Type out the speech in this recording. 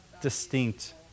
distinct